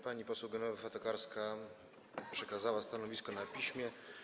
Pani poseł Genowefa Tokarska przekazała stanowisko na piśmie.